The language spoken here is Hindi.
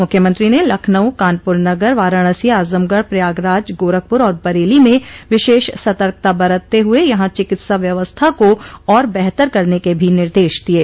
मुख्यमंत्री ने लखनऊ कानपुर नगर वाराणसी आजमगढ़ प्रयागराज गोरखपुर और बरेली में विशेष सतर्कता बरतते हुये यहां चिकित्सा व्यवस्था को और बेहतर करने के भी निर्देश दिये